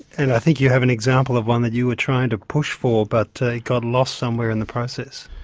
and i think you have an example of one that you were trying to push for, but it got lost somewhere in the process.